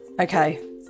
Okay